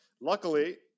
Luckily